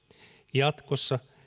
jatkossa